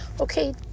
Okay